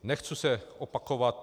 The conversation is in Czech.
Nechci se opakovat.